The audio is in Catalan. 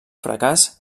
fracàs